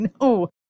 No